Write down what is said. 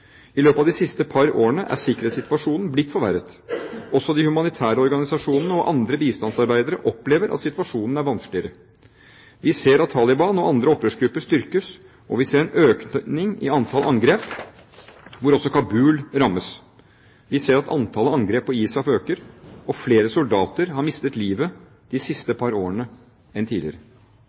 I løpet av de siste par årene er sikkerhetssituasjonen blitt forverret. Også de humanitære organisasjonene og andre bistandsarbeidere opplever at situasjonen er vanskeligere. Vi ser at Taliban og andre opprørsgrupper styrkes, og vi ser en økning i antall angrep, hvor også Kabul rammes. Vi ser at antallet angrep på ISAF øker, og flere soldater har mistet livet de siste par årene enn tidligere.